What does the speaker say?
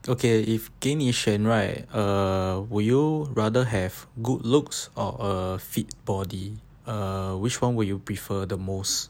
okay if 给你选 right would you rather have good looks or a fit body err which [one] would you prefer the most